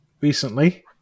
recently